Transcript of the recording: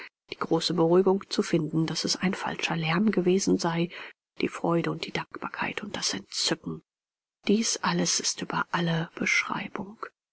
die große beruhigung zu finden daß es ein falscher lärm gewesen sei die freude und die dankbarkeit und das entzücken dies alles ist über alle beschreibung